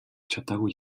чадаагүй